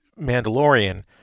Mandalorian